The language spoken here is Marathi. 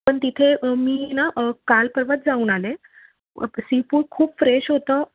पण तिथे मी ना कालपरवाच जाऊन आले सी फूड खूप फ्रेश होतं